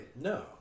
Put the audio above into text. No